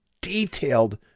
detailed